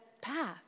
path